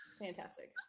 fantastic